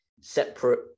separate